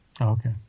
Okay